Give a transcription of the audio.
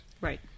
Right